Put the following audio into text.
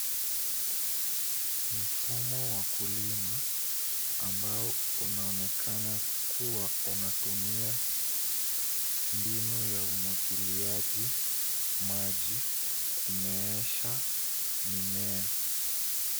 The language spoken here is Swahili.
Mfumo wa kulima ambao unaonekana kuwa unatumia mbinu ya umwagiliaji maji kuumeesha mimea.